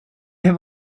have